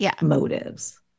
motives